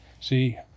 See